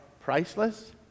Priceless